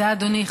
תודה, אדוני.